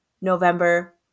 November